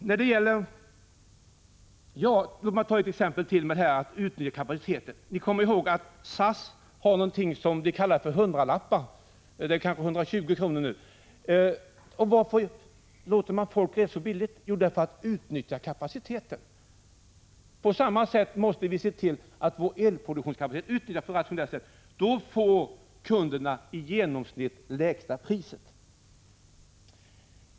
Låt mig ta ytterligare ett exempel som handlar om att utnyttja befintlig kapacitet. Ni kanske kommer ihåg att SAS har låtit folk resa för en hundralapp — det kanske är 120 kr. nu. Varför låter man folk resa så billigt? Jo, därför att man vill utnyttja kapaciteten. På motsvarande sätt måste vi se till att vår elproduktionskapacitet utnyttjas på ett rationellt sätt. Då får kunderna i genomsnitt det lägsta priset.